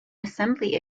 assembly